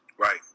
Right